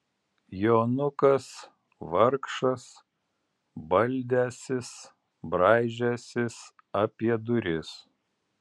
jonukas vargšas baldęsis braižęsis apie duris